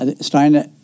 Steiner